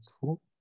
Cool